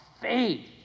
faith